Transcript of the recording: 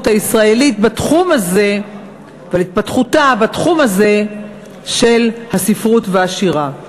הישראלית בתחום הזה ועל התפתחותה בתחום הזה של הספרות והשירה.